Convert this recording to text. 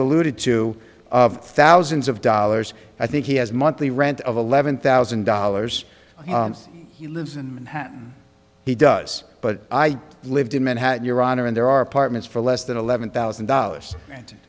alluded to of thousands of dollars i think he has monthly rent of eleven thousand dollars he lives in manhattan he does but i lived in manhattan your honor and there are apartments for less than eleven thousand dollars and